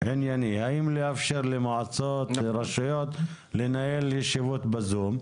ענייני על השאלה האם לאפשר למועצות ולרשויות לנהל ישיבות ב-זום.